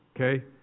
okay